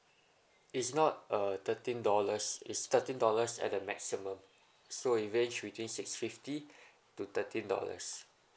it's not uh thirteen dollars it's thirteen dollars at the maximum so it ranges within six fifty to thirteen dollars